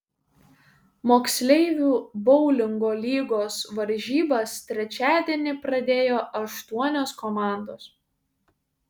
moksleivių boulingo lygos varžybas trečiadienį pradėjo aštuonios komandos